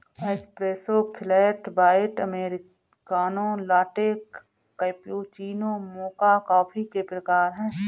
espresso, flat white, americano, latte, cappuccino, mocha coffee के प्रकार हैं